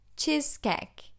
cheesecake